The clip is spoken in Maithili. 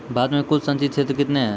भारत मे कुल संचित क्षेत्र कितने हैं?